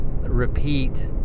repeat